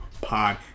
Pod